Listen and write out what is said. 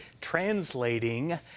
translating